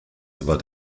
war